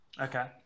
Okay